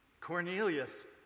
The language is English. Cornelius